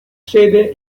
sede